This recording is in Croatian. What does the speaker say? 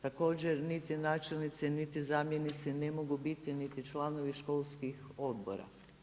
Također niti načelnici, niti zamjenici ne mogu biti niti članovi školskih odbora.